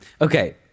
Okay